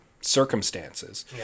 circumstances